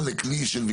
לבכם לחוק.